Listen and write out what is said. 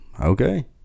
okay